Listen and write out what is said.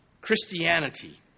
Christianity